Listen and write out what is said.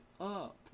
up